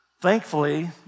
Thankfully